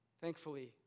Thankfully